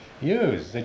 use